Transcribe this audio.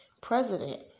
president